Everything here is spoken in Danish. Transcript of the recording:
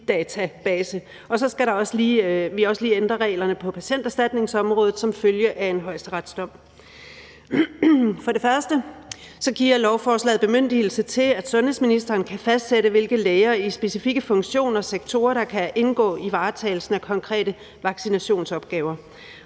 vi også lige ændre reglerne på patienterstatningsområdet som følge af en højesteretsdom. For det første giver lovforslaget en bemyndigelse til, at sundhedsministeren kan fastsætte, hvilke læger i specifikke funktioner og sektorer der kan indgå i varetagelsen af konkrete vaccinationsopgaver,